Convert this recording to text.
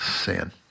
sin